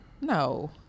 No